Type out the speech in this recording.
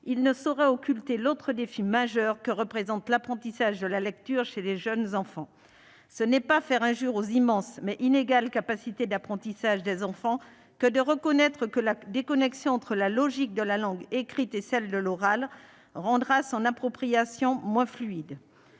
qui ne saurait occulter l'autre défi majeur que représente l'apprentissage de la lecture chez les jeunes enfants. Ce n'est pas faire injure aux immenses, mais inégales, capacités d'apprentissage des enfants que de reconnaître que la déconnexion entre la logique de la langue écrite et celle de l'oral rendra son appropriation moins fluide.